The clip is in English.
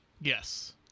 Yes